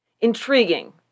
intriguing